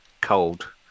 cold